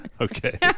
Okay